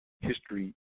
history